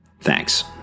Thanks